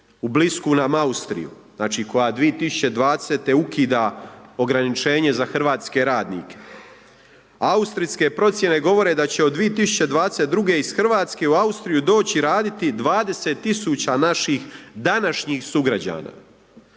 u blisku nam Austriju znači koja 2020. ukida ograničenje za hrvatske radnike. Austrijske procjene govore da će od 2022. iz Hrvatske u Austriju doći raditi 20.000 naših današnjih sugrađana